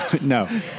No